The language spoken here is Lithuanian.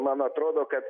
man atrodo kad